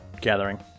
gathering